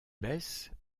baissent